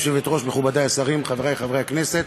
גברתי היושבת-ראש, מכובדי השרים, חברי חברי הכנסת,